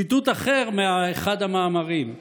ציטוט אחר מאחד המאמרים: